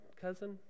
cousin